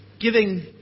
Giving